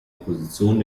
position